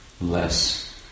less